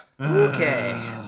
okay